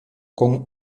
con